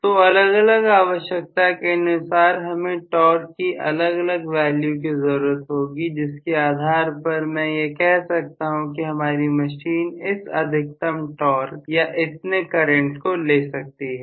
तो अलग अलग आवश्यकता के अनुसार हमें टॉर्क की अलग अलग वैल्यू की जरूरत होगी जिसके आधार पर मैं यह कह सकता हूं कि हमारी मशीन इस अधिकतम टॉर्क या इतने करंट को ले सकती है